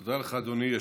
תודה לך, אדוני.